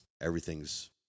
Everything's